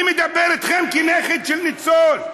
אני מדבר איתכם כנכד של ניצול.